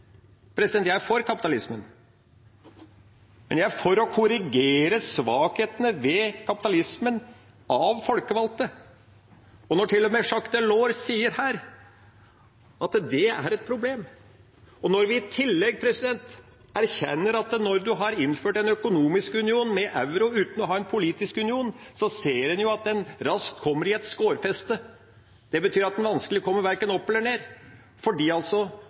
Jeg er for kapitalismen, men jeg er for å korrigere svakhetene ved kapitalismen, av folkevalgte. Når til og med Jacques Delors sier at det er et problem, og når vi i tillegg erkjenner at når en har innført en økonomisk union med euro uten å ha en politisk union, ser en jo at en raskt kommer i et skårfeste. Det betyr at en vanskelig kommer verken opp eller ned, fordi